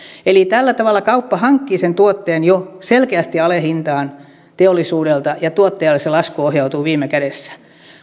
eli tällä tavalla kauppa hankkii sen tuotteen jo selkeästi alehintaan teollisuudelta ja tuottajalle se lasku ohjautuu viime kädessä